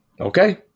Okay